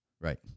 Right